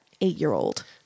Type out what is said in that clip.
eight-year-old